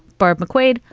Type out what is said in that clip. barb mcquaid,